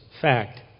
Fact